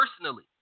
personally